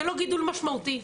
זה לא גידול משמעותי.